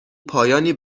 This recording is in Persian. پایانی